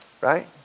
Right